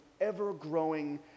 ever-growing